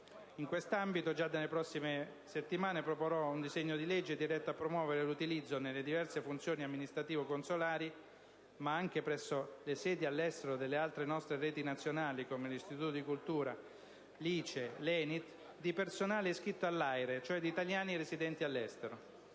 In questo ambito, già dalle prossime settimane, proporrò un disegno di legge diretto a promuovere l'utilizzo nelle diverse funzioni amministrativo-consolari (ma anche presso le sedi all'estero delle altre nostre reti nazionali, come l'ICE, gli istituti di cultura, l'ENIT) di personale iscritto all'AIRE, cioè di italiani residenti all'estero.